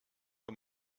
für